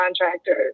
Contractors